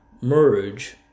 merge